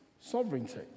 sovereignty